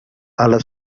alla